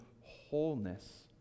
wholeness